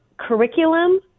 curriculum